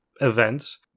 events